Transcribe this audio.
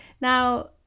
Now